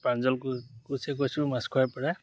প্ৰাঞ্জল কোঁচে কৈছোঁ মাছখোৱাৰপৰা